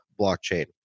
blockchain